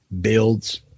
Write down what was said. builds